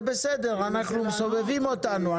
זה בסדר אנחנו מסובבים אותנו.